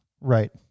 Right